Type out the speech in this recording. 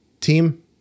Team